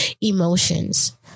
emotions